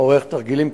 עורך תרגילים,